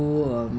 do um